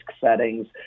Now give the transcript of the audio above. settings